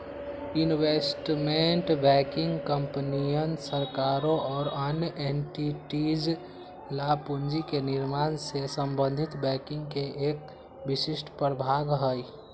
investment banking कंपनियन, सरकारों और अन्य एंटिटीज ला पूंजी के निर्माण से संबंधित बैंकिंग के एक विशिष्ट प्रभाग हई